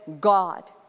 God